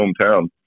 hometown